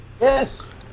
yes